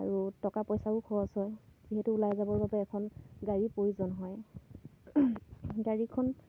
আৰু টকা পইচাও খৰচ হয় যিহেতু ওলাই যাবৰ বাবে এখন গাড়ীৰ প্ৰয়োজন হয় গাড়ীখন